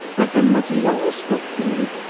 but then what's a yellow split pea?